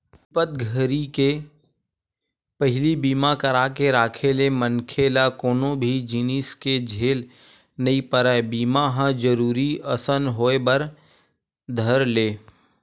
बिपत घरी के पहिली बीमा करा के राखे ले मनखे ल कोनो भी जिनिस के झेल नइ परय बीमा ह जरुरी असन होय बर धर ले